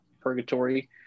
purgatory